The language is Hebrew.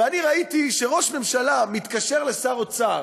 ואני ראיתי שראש ממשלה מתקשר לשר האוצר